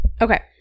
Okay